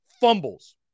fumbles